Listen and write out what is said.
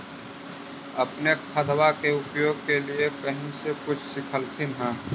अपने खादबा के उपयोग के लीये कही से कुछ सिखलखिन हाँ?